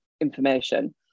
information